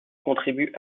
contribue